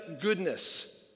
goodness